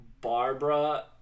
Barbara